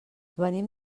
venim